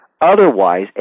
Otherwise